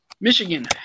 Michigan